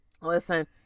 Listen